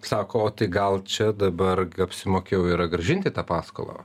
sako o tai gal čia dabar apsimokėjo yra grąžinti tą paskolą